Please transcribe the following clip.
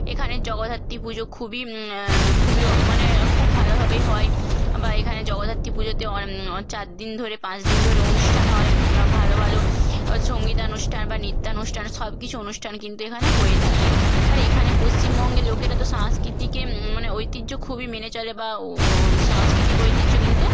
এখানে জগদ্ধাত্রী পুজো খুবই খুবই মানে খুব ভালোভাবেই হয় বা এখানে জগদ্ধাত্রী পুজোতে চারদিন ধরে পাঁচ দিন ধরে অনুষ্ঠান হয় ভালো ভালো সঙ্গীতানুষ্ঠান বা নৃত্যানুষ্ঠান সব কিছু অনুষ্ঠান কিন্তু এখানে হয়ে থাকে আর এখানে পশ্চিমবঙ্গের লোকেরা তো সংস্কৃতিকে মানে ঐতিহ্য খুবই মেনে চলে বা সাংস্কৃতিক ঐতিহ্য কিন্তু